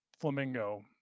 flamingo